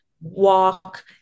walk